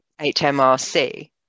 HMRC